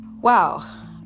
wow